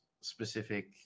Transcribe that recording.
specific